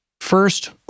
First